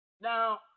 Now